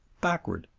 backward,